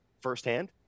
firsthand